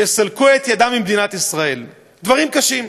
שיסלקו את ידם ממדינת ישראל, דברים קשים.